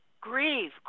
Grieve